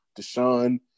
Deshaun